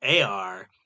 AR